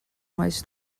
mais